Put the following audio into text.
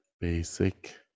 Basic